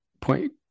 point